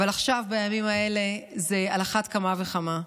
אבל עכשיו, בימים האלה, זה על אחת כמה וכמה.